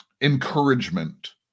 encouragement